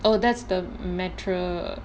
oh that's the